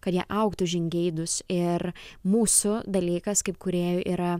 kad jie augtų žingeidūs ir mūsų dalykas kaip kūrėjų yra